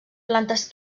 plantes